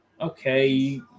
Okay